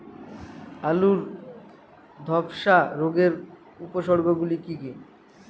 আলুর ধ্বসা রোগের উপসর্গগুলি কি কি?